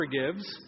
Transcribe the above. forgives